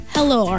Hello